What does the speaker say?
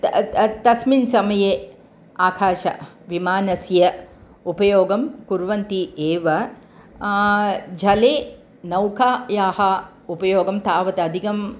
त त तस्मिन् समये आकाशविमानस्य उपयोगं कुर्वन्ति एव जले नौकायाः उपयोगं तावत् अधिकम्